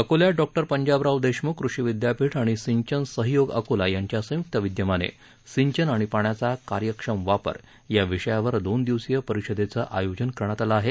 अकोल्यात डॉक्टर पंजाबराव देशमुख कृषी विद्यापीठ आणि सिंचन सहयोग अकोला यांच्या संयुक्त विद्यमाने सिंचन आणि पाण्याचा कार्यक्षम वापर या विषयावर दोन दिवसीय परिषदेचं आयोजन करण्यात आलं आहे